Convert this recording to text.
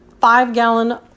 five-gallon